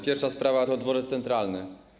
Pierwsza sprawa to Dworzec Centralny.